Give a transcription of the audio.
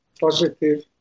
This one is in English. positive